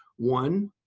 one.